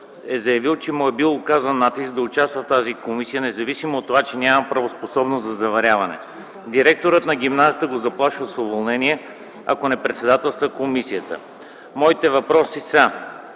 е заявил, че му е бил оказан натиск да участва в тази комисия, независимо от това че няма правоспособност за заваряване. Директорът на гимназията го заплашил с уволнение, ако не председателства комисията. Моите въпроси са: